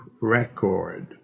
record